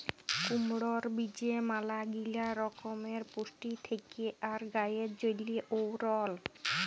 কুমড়র বীজে ম্যালাগিলা রকমের পুষ্টি থেক্যে আর গায়ের জন্হে এঔরল